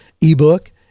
Ebook